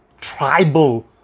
tribal